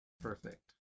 Perfect